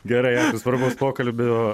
gerai svarbaus pokalbio